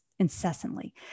incessantly